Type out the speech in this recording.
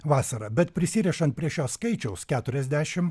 vasara bet prisirišant prie šio skaičiaus keturiasdešim